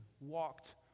walked